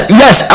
yes